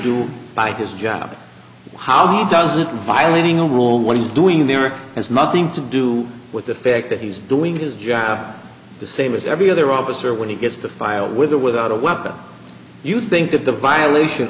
do by his job how he does it and filing a rule what he's doing there has nothing to do with the fact that he's doing his job the same as every other officer when he gets the file with or without a weapon you think that the violation